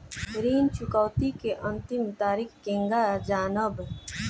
ऋण चुकौती के अंतिम तारीख केगा जानब?